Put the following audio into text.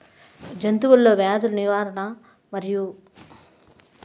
జంతువులలో వ్యాధుల నిర్ధారణ మరియు చికిత్చలో సహాయపడుతారు